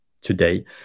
today